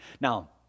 Now